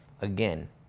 Again